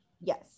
Yes